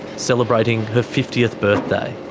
celebrating her fiftieth birthday.